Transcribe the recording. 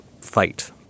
fight